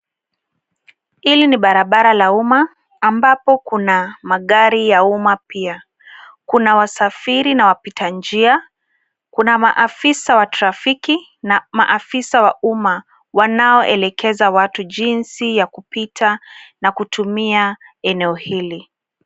Hili ni barabara la umma ambapo kuna magari ya umma pia. Kuna wasafiri na wapita njia. Kuna maafisa wa trafiki na maafisa wa umma wanaoelekeza watu jinsi ya kupita na kutumia eneo hili.